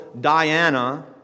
Diana